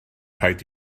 rhaid